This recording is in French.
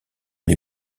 les